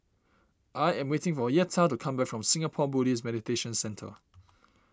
I am waiting for Yetta to come back from Singapore Buddhist Meditation Centre